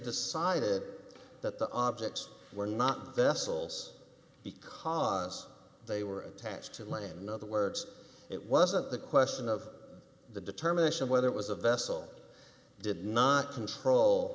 decided that the objects were not vessels because they were attached to the land in other words it wasn't the question of the determination of whether it was a vessel it did not control